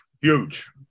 huge